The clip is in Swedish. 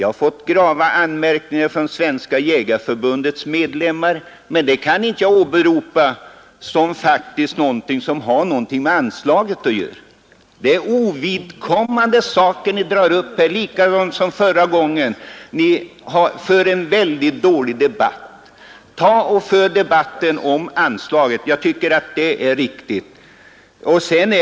Vi har fått starka anmärkningar från Svenska jägareförbundets medlemmar, men det kan jag inte åberopa som något som har med anslaget att göra. Det är ovidkommande saker som ni drar upp här liksom förra gången. Ni för en väldigt dålig debatt. Tag och för debatten om anslaget, det tycker jag är riktigt!